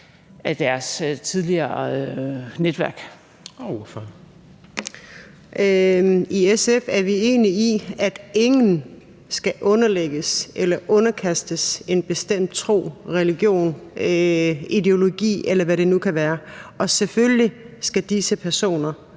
Kl. 16:57 Halime Oguz (SF): I SF er vi enige i, at ingen skal underlægges eller underkastes en bestemt tro, religion, ideologi, eller hvad det nu kan være. Og selvfølgelig skal disse personer